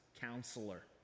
counselor